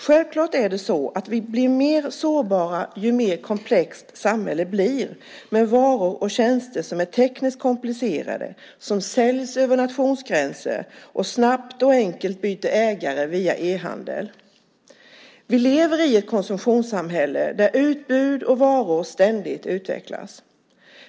Självklart är det så att vi blir mer sårbara ju mer komplext samhället blir med varor och tjänster som är tekniskt komplicerade, som säljs över nationsgränser och snabbt och enkelt byter ägare via e-handel. Vi lever i ett konsumtionssamhälle där utbud och varor ständigt utvecklas.